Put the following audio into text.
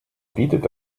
bietet